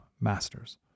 masters